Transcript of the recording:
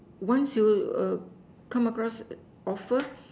once you err come across offer